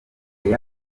air